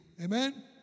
Amen